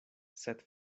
sed